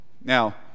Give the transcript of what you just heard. Now